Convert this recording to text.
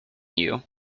you